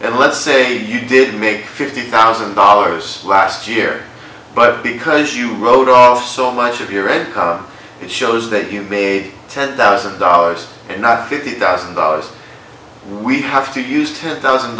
and let's say you did make fifty thousand dollars last year but because you wrote off so much in here and it shows that you made ten thousand dollars and not fifty thousand dollars we have to use ten thousand